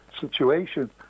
situation